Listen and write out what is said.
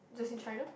just in China